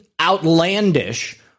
outlandish